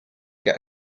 get